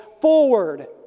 forward